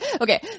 okay